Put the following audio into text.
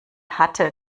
hatte